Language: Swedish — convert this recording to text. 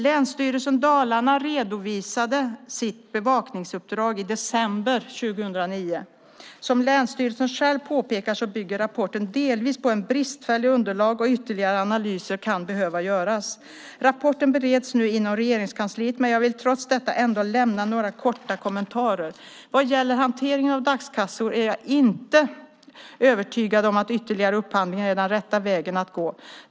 Länsstyrelsen Dalarna redovisade sitt bevakningsuppdrag i december 2009. Som länsstyrelsen själv påpekar bygger rapporten delvis på ett bristfälligt underlag och ytterligare analyser kan behöva göras. Rapporten bereds nu inom Regeringskansliet, men jag vill trots detta lämna några korta kommentarer. Vad gäller hanteringen av dagskassor är jag inte övertygad om att ytterligare upphandlingar är den rätta vägen att gå.